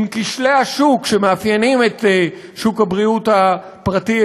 עם כשלי השוק שמאפיינים את שוק הבריאות הפרטי,